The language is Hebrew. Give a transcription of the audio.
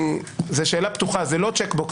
זו שאלה פתוחה, זה לא צ'ק בוקס.